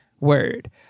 word